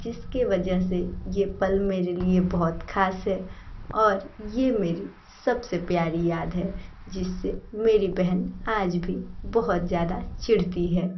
जिसके वजह से ये पल मेरे लिए बहुत खास हैं और ये मेरी सबसे प्यारी याद हैं जिससे मेरी बहन आज भी बहुत ज़्यादा चिढ़ती है